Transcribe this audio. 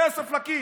כסף לכיס,